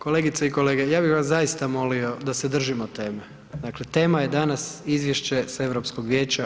Kolegice i kolege, ja bih vas zaista molio da se držimo teme, dakle tema je danas Izvješće sa Europskog vijeća.